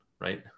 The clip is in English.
Right